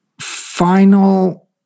final